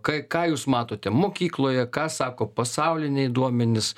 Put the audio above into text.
k ką jūs matote mokykloje ką sako pasauliniai duomenys